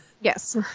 yes